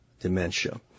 dementia